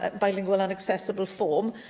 but bilingual and accessible form.